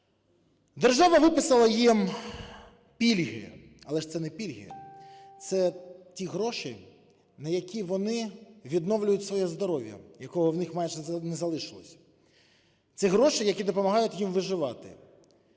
Держава виписала їм пільги, але ж це не пільги. Це ті гроші, на які вони відновлюють своє здоров'я, якого в них майже не залишилося. Це гроші, які допомагають їм виживати,